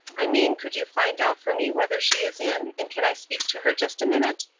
i mean could you find out for me whether she is in, and can i speak to her just a minute?